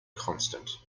constant